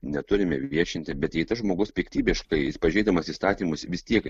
neturime viešinti bet jei tas žmogus piktybiškai jis pažeisdamas įstatymus vis tiek